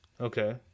okay